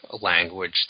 language